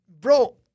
bro